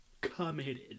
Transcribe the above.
committed